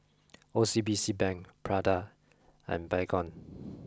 O C B C Bank Prada and Baygon